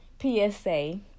PSA